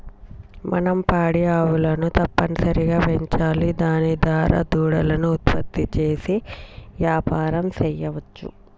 మనం పాడి ఆవులను తప్పనిసరిగా పెంచాలి దాని దారా దూడలను ఉత్పత్తి చేసి యాపారం సెయ్యవచ్చు